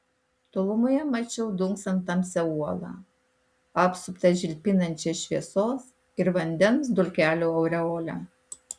tolumoje mačiau dunksant tamsią uolą apsuptą žilpinančia šviesos ir vandens dulkelių aureole